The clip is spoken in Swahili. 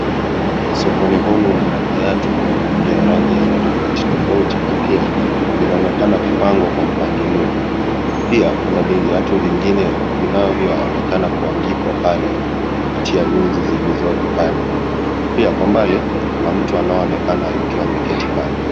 Sokoni humu mna viatu vya rangi ya aina tofauti tofauti na pia vinaonekana kupangwa kwa mpangilio pia kuna viatu vingine vinavyo onekana kuanikwa pale kupitia nyuzi zilizoko pale. Pia kwa mbali kuna mtu anayeonekana akiwa ameketi pale.